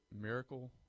Miracle